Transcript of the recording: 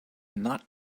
not